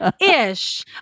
ish